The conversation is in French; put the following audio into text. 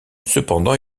cependant